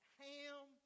ham